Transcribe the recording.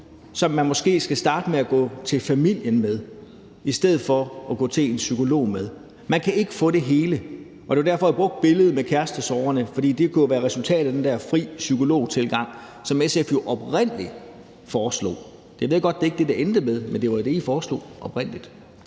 som man måske skal starte med at gå til familien med i stedet for at gå til en psykolog. Man kan ikke få det hele, og det var derfor, jeg brugte billedet med kærestesorgerne, for det kunne være resultatet af den her fri psykologtilgang, som SF jo oprindelig foreslog. Jeg ved godt, at det ikke er det, det endte med, men det var jo det, I foreslog oprindelig.